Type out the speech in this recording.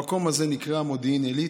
המקום הזה נקרא מודיעין עילית,